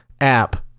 app